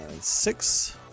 six